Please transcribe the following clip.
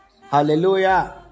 Hallelujah